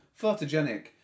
Photogenic